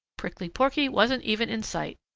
prickly porky wasn't even in sight.